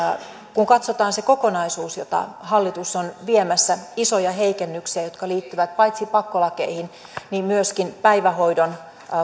kun katsotaan se kokonaisuus jota hallitus on viemässä isoja heikennyksiä jotka liittyvät paitsi pakkolakeihin myöskin päivähoidon